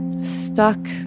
stuck